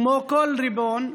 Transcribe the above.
כמו כל ריבון,